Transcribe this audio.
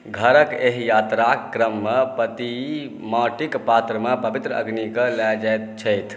घरके एहि यात्राके क्रममे पति माटिके पात्रमे पवित्र अग्निके लऽ जाइत छथि